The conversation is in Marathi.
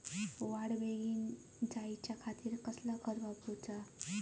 वाढ बेगीन जायच्या खातीर कसला खत वापराचा?